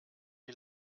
die